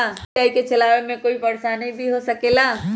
UPI के चलावे मे कोई परेशानी भी हो सकेला?